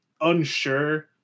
unsure